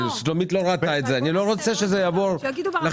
ושלומית לא ראתה את זה אני לא רוצה שזה יעבור לחברי